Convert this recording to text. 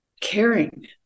caring